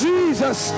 Jesus